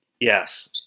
Yes